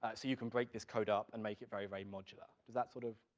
ah so you can break this code up and make it very very modular. does that sort of.